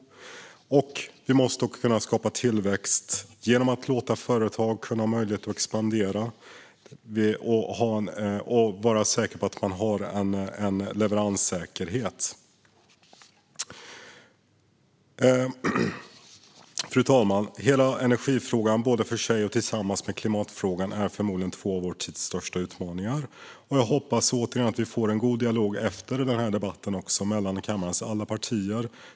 Vi måste även kunna skapa tillväxt genom att låta företag ha möjlighet att expandera och vara säkra på att det finns en leveranssäkerhet. Fru talman! Energifrågan och klimatfrågan är förmodligen två av vår tids största utmaningar. Jag hoppas återigen att vi får en god dialog efter den här debatten mellan kammarens alla partier.